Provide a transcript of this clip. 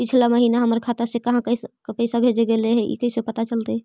पिछला महिना हमर खाता से काहां काहां पैसा भेजल गेले हे इ कैसे पता चलतै?